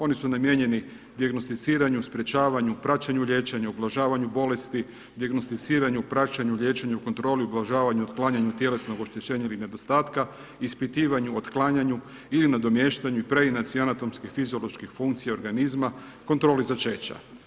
Oni su namijenjeni dijagnosticiranju, sprečavanju, praćenju liječenja, ugrožavanju bolesti, dijagnosticiranju, praćenju, liječenju, kontroli, ublažavanju, otklanjanju tjelesnog oštećenja ili nedostatka, ispitivanju, otklanjanju ili nadomještanju i preinaci anatomskih fizioloških funkcija organizama, kontroli začeća.